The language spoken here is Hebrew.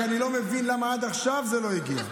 רק אני לא מבין למה עד עכשיו זה לא הגיע.